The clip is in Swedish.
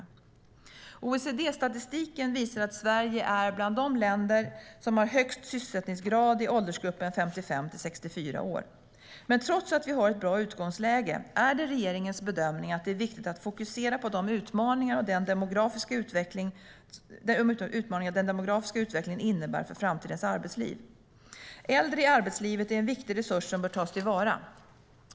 Äldre i arbetslivet är en viktig resurs som bör tas till vara.